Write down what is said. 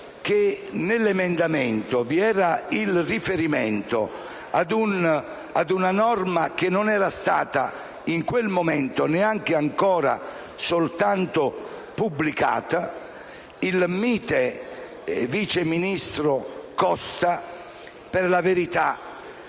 che nell'emendamento governativo vi era il riferimento ad un norma che non era stata in quel momento ancora pubblicata, il mite vice ministro Costa, per la verità,